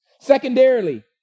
Secondarily